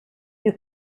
you